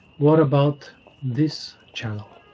what about this channel?